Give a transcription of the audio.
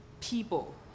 people